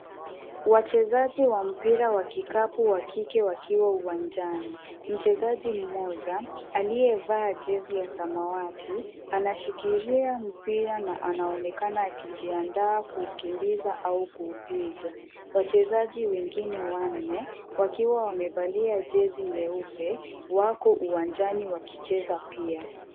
Wachezaji wa mpira wa kikapu wa kike wakiwa uwanjani. Mchezaji mmoja aliyevaa jezi ya samawati anashikilia mpira na anaonekana akijiandaa kuukimbiza au kuupiga. Wachezaji wengine wanne, wakiwa wamevalia jezi nyeupe wako uwanjani wakicheza pia.